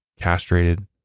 castrated